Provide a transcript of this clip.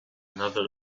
another